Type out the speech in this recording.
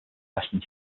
western